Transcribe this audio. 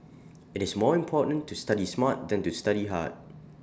IT is more important to study smart than to study hard